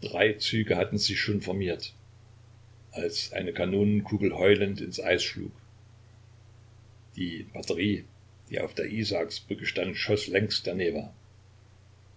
drei züge hatten sich schon formiert als eine kanonenkugel heulend ins eis schlug die batterie die auf der isaaksbrücke stand schoß längs der newa